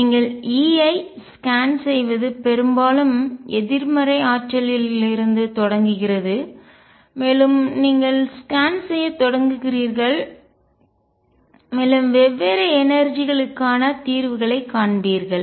நீங்கள் E ஐ scan செய்வது பெரும்பாலும் எதிர்மறை ஆற்றலிலிருந்து தொடங்குகிறது மேலும் நீங்கள் ஸ்கேன் செய்யத் தொடங்குகிறீர்கள் மேலும் வெவ்வேறு எனர்ஜிஆற்றல் களுக்கான தீர்வுகளைக் காண்பீர்கள்